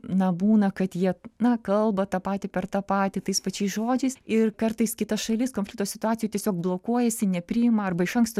na būna kad jie na kalba tą patį per tą patį tais pačiais žodžiais ir kartais kita šalis konflikto situacijoj tiesiog blokuojasi nepriima arba iš anksto